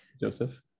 joseph